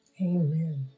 Amen